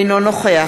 אינו נוכח